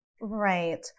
Right